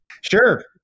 Sure